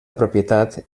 propietat